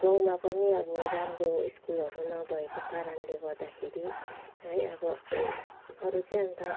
गाँउमा पनि अब राम्रो स्कूलहरू नभएको कारणहरूले गर्दाखेरि है अब अरू चाहिँ अन्त